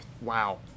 Wow